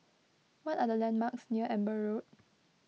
what are the landmarks near Amber Road